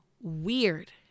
weird